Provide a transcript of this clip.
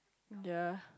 ya